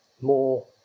more